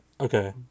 Okay